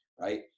right